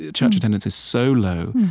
ah church attendance is so low,